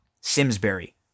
Simsbury